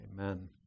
Amen